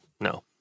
no